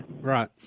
Right